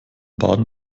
baden